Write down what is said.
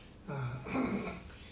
啊